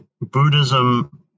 buddhism